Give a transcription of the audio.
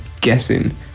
guessing